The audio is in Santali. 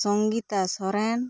ᱥᱚᱝᱜᱤᱛᱟ ᱥᱚᱨᱮᱱ